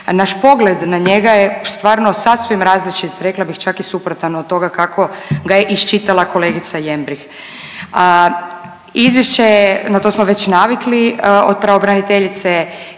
naš pogled na njega je stvarno sasvim različit rekla bih čak i suprotan od toga kako ga je iščitala kolegica Jembrih. Izvješće je, na to smo već navikli od pravobraniteljice